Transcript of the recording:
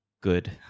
good